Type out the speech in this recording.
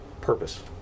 purpose